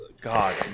God